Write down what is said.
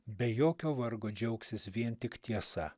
be jokio vargo džiaugsis vien tik tiesa